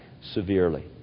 severely